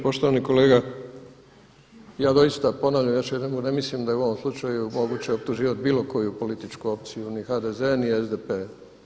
Poštovani kolega, ja doista ponavljam još jedanput, ne mislim da je u ovom slučaju moguće optuživati bilo koju političku opciju ni HDZ, ni SDP.